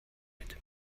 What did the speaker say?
mit